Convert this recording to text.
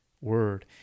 word